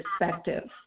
perspective